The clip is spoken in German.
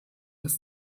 des